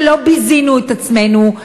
שלא ביזינו את עצמנו,